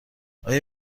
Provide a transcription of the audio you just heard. آیا